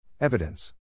Evidence